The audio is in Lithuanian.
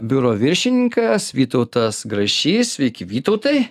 biuro viršininkas vytautas grašys sveiki vytautai